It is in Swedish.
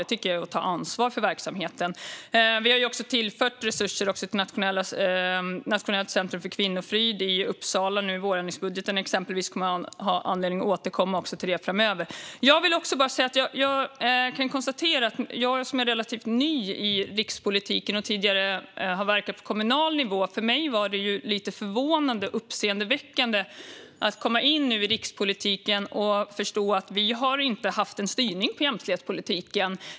Det är att ta ansvar för verksamheten. Vi har tillfört resurser till Nationellt centrum för kvinnofrid i Uppsala i vårändringsbudgeten. Vi kommer att ha anledning att återkomma till det framöver. Jag är relativt ny i rikspolitiken och har tidigare verkat på kommunal nivå. För mig var det förvånande och lite uppseendeväckande att komma in i rikspolitiken och förstå att det inte har funnits en styrning av jämställdhetspolitiken.